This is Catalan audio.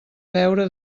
deure